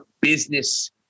business